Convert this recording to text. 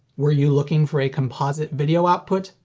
were you looking for a composite video output?